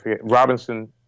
Robinson